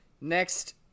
Next